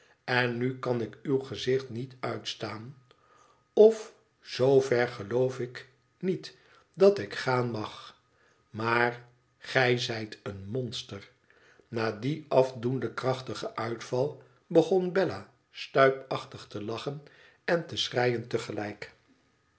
len nu kan ik uw gezicht niet uitstaan of z ver geloof ik niet dat ik gaan mag maar gij zijt een monster na dien afdoenden krachtigen uitval begon bella stuipachtig te lachen en te schreien